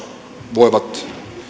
voivat